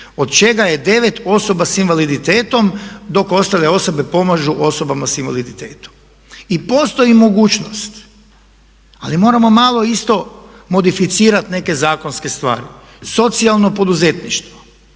od čega je 9 osoba sa invaliditetom dok ostale osobe pomažu osobama sa invaliditetom. I postoji mogućnost ali moramo malo isto modificirati neke zakonske stvari. Socijalno poduzetništvo,